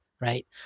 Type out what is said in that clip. right